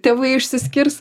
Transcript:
tėvai išsiskirs